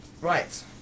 Right